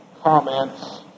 comments